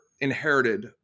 inherited